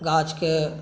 गाछकेॅं